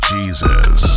Jesus